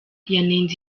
yanenze